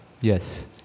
Yes